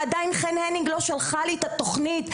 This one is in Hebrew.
ועדיין חן הניג לא שלחה לי את התוכנית.